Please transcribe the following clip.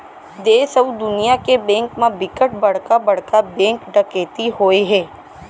देस अउ दुनिया के बेंक म बिकट बड़का बड़का बेंक डकैती होए हे